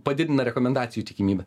padidina rekomendacijų tikimybę